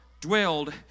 dwelled